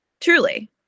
Truly